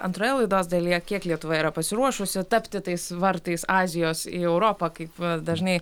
antroje laidos dalyje kiek lietuva yra pasiruošusi tapti tais vartais azijos į europą kaip dažnai